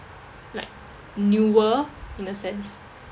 like newer in a sense